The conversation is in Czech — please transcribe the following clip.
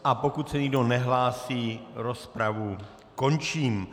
A pokud se nikdo nehlásí, rozpravu končím.